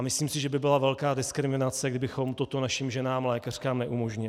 Myslím si, že by byla velká diskriminace, kdybychom toto našim ženám lékařkám neumožnili.